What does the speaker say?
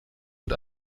mit